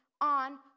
on